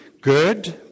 Good